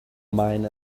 mine